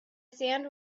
sand